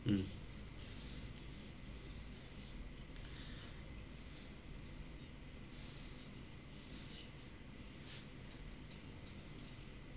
mm